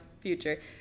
future